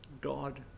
God